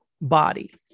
body